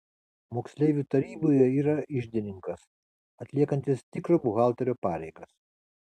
moksleivių taryboje yra iždininkas atliekantis tikro buhalterio pareigas